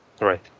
Right